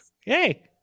Hey